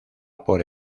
por